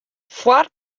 foar